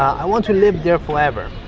i want to live there forever.